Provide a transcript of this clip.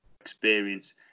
experience